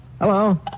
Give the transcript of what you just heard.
Hello